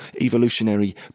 evolutionary